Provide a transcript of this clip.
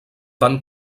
van